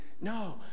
No